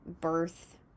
birth